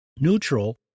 Neutral